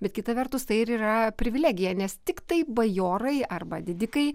bet kita vertus tai ir yra privilegija nes tiktai bajorai arba didikai